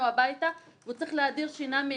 הביתה והוא צריך להדיר שינה מעינינו.